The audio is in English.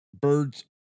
birds